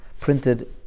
printed